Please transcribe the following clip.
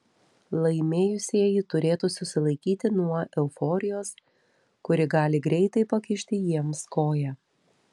laimėjusieji turėtų susilaikyti nuo euforijos kuri gali greitai pakišti jiems koją